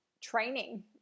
training